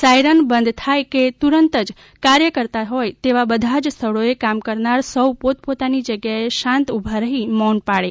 siren બંધ થાય કે તુરંત જ જયાં કાર્ય કરતા હોય તેવા બધા જ સ્થળોએ કામ કરનાર સૌ પોતપોતાની જગ્યાએ શાંત ઉભા રહી મૌન પાળે